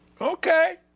Okay